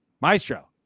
Maestro